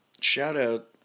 shout-out